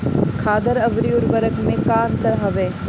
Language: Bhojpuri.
खादर अवरी उर्वरक मैं का अंतर हवे?